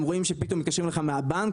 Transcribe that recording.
הם רואים שפתאום מתקשרים אליך מהבנק,